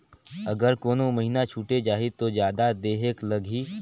अगर कोनो महीना छुटे जाही तो जादा देहेक लगही?